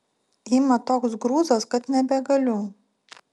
ima toks grūzas kad nebegaliu